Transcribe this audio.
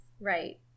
Right